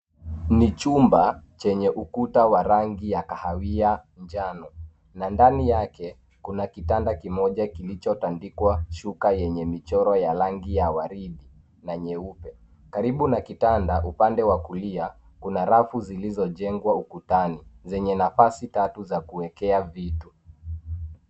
Ni chumba chenye ukuta wa rangi ya kahawia njano na ndani yake, kuna kitanda kimoja kilichotandikwa shuka yenye michoro ya rangi ya waridi na nyeupe. Karibu na kitanda upande wa kulia, kuna rafu zilizojengwa ukutani zenye nafasi tatu za kuekea vitu.